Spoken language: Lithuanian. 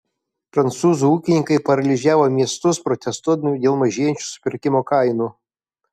prancūzų ūkininkai paralyžiavo miestus protestuodami dėl mažėjančių supirkimo kainų